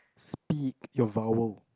speak your vowel